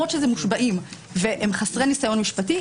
למרות שזה מושבעים והם חסרי ניסיון משפטי,